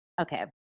Okay